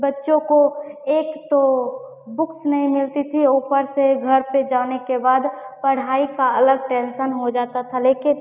बच्चों को एक तो बुक्स नहीं मिलती थी ऊपर से घर पर जाने के बाद पढ़ाई का अलग टेन्शन हो जाता था लेकिन